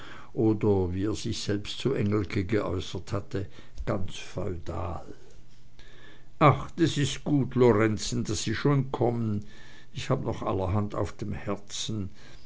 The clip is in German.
oder wie er sich selbst zu engelke geäußert hatte ganz feudal ach das ist gut lorenzen daß sie schon kommen ich habe noch allerhand auf dem herzen